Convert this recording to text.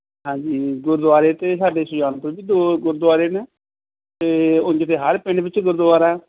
ਹਾਂਜੀ ਗੁਰਦੁਆਰੇ ਤਾਂ ਸਾਡੇ ਸੁਜਾਨਪੁਰ ਵੀ ਦੋ ਗੁਰਦੁਆਰੇ ਨੇ ਅਤੇ ਉਂਝ ਤਾਂ ਹਰ ਪਿੰਡ ਵਿੱਚ ਗੁਰਦੁਆਰਾ